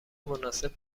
مناسب